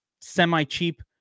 semi-cheap